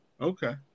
okay